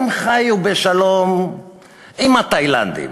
הם חיו בשלום עם התאילנדים,